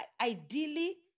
ideally